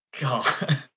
god